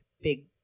big